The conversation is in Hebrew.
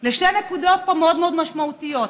לשתי נקודות מאוד מאוד משמעותיות.